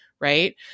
Right